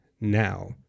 now